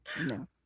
no